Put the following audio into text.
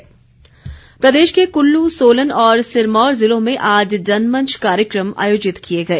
जनमंच प्रदेश के कुल्लू सोलन और सिरमौर ज़िलों में आज जनमंच कार्यक्रम आयोजित किए गए